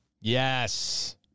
Yes